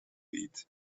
eat